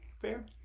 Fair